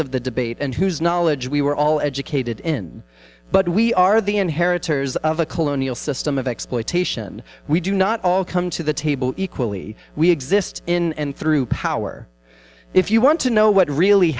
of the debate and whose knowledge we were all educated in but we are the inheritors of a colonial system of exploitation we do not all come to the table equally we exist in and through power if you want to know what really